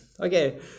Okay